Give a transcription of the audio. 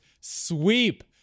sweep